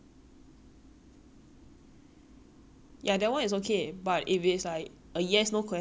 ya that one is ok but if it's like a yes no question then you turn on your mic just to answer a yes that's like